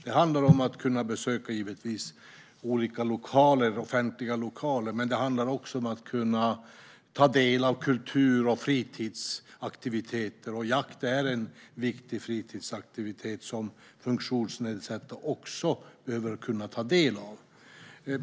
Det handlar om att funktionsnedsatta givetvis ska kunna besöka olika offentliga lokaler. Men det handlar också om att de ska kunna ta del av kultur och fritidsaktiviteter, och jakt är en viktig fritidsaktivitet som funktionsnedsatta också bör kunna ta del av.